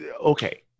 Okay